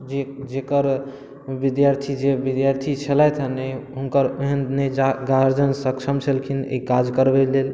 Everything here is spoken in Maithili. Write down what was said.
जे जेकर बिद्यार्थी जे बिद्यार्थी छलथि हँ नहि हुनकर ओहन नहि जा गार्जियन सक्षम छलखिन अइ काज करबै लेल